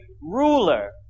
ruler